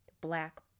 black